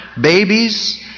babies